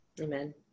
amen